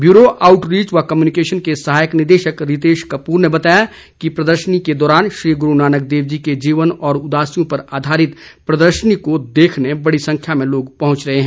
bureau outreach व communication के सहायक निदेशक रितेश कपूर ने बताया कि प्रदर्शनी के दौरान श्री गुरू नानक देव जी के जीवन और उदासियों पर आधारित प्रदर्शनी को देखने बड़ी संख्या में लोग पहुंच रहे हैं